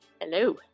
Hello